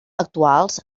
actuals